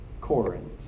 Corinth